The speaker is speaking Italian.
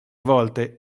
volte